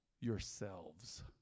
yourselves